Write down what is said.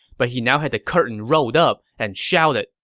but he now had the curtain rolled up and shouted,